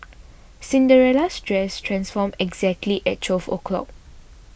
Cinderella's dress transformed exactly at twelve o'clock